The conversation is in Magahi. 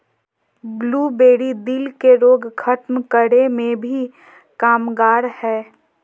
ब्लूबेरी, दिल के रोग खत्म करे मे भी कामगार हय